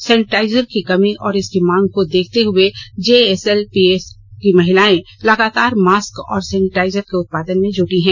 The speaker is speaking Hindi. सैनिटाइजर की कमी और इसकी मांग को देखते हुए जेएसएलपीएस की महिलाएं लगातार मास्क और सैनिटाइजर के उत्पादन में जुटी है